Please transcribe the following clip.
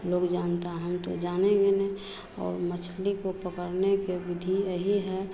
लोग जानता है हम तो जानेंगे नहीं और मछली को पड़कने के विधि यही है